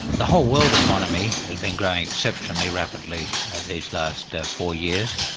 the whole world economy has been growing exceptionally rapidly these last four years.